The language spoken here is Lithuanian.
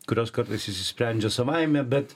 kurios kartais išsisprendžia savaime bet